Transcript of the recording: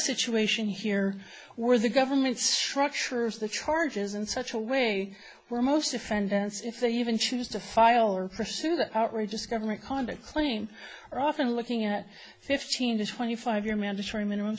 situation here where the government structures the charges in such a way where most defendants if they even choose to file or pursue the outrageous government conduct claim are often looking at fifteen to twenty five year mandatory minimum